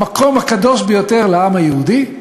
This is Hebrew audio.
במקום הקדוש ביותר לעם היהודי,